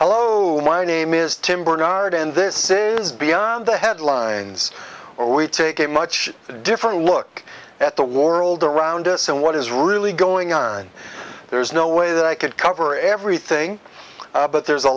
hello my name is tim barnard and this is beyond the headlines or we take a much different look at the world around us and what is really going on there's no way that i could cover everything but there's a